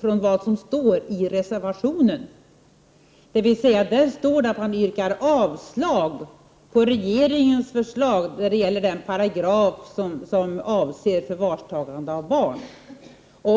från det som står i reservationen. Där står det att avslag yrkas på regeringens förslag när det gäller den paragraf som avser förvarstagande av barn.